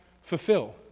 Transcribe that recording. fulfill